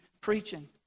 preaching